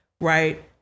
right